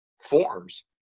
forms